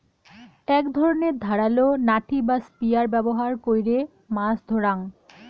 এক ধরণের ধারালো নাঠি বা স্পিয়ার ব্যবহার কইরে মাছ ধরাঙ